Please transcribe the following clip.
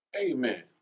Amen